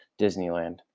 Disneyland